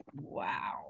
Wow